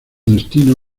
destino